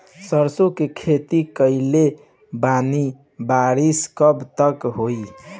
सरसों के खेती कईले बानी बारिश कब तक होई?